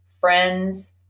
friends